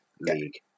league